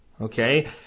okay